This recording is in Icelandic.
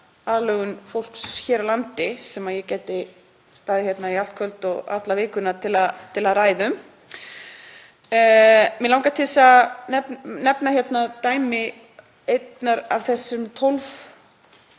aðlögun fólks hér á landi sem ég gæti staðið hér í allt kvöld og alla vikuna og rætt. Mig langar til að nefna dæmi um eina af þessum 12